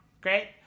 Great